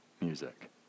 music